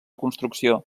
construcció